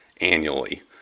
annually